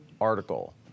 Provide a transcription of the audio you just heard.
article